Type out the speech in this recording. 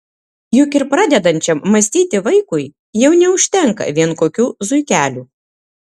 juk ir pradedančiam mąstyti vaikui jau neužtenka vien kokių zuikelių